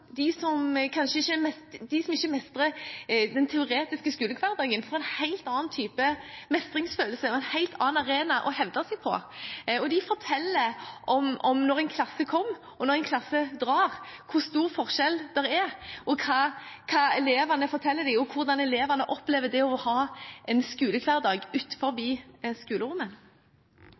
ikke mestrer den teoretiske skolehverdagen, får en helt annen type mestringsfølelse og en helt annen arena å hevde seg på. De forteller om hvor stor forskjell det er fra en klasse kommer til den drar, hva elevene forteller dem, og hvordan elevene opplever det å ha en skolehverdag